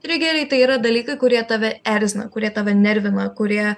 trigeriai tai yra dalykai kurie tave erzina kurie tave nervina kurie